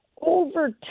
over